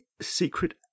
secret